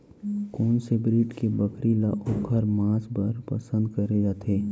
कोन से ब्रीड के बकरी ला ओखर माँस बर पसंद करे जाथे?